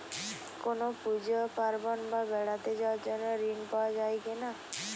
কোনো পুজো পার্বণ বা বেড়াতে যাওয়ার জন্য ঋণ পাওয়া যায় কিনা?